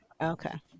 Okay